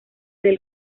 del